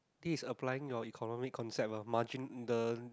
this is applying your economic concept ah margin the